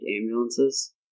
ambulances